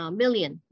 million